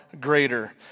greater